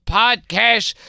podcast